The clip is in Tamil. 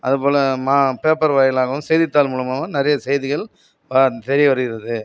அதுபோல மா பேப்பர் வாயிலாகவும் செய்தித்தாள் மூலிமாகவு நிறைய செய்திகள் பா தெரியவருகிறது